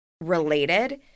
related